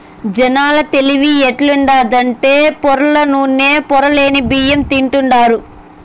జనాల తెలివి ఎట్టుండాదంటే పొరల్ల నూనె, పొరలేని బియ్యం తింటాండారు